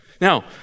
Now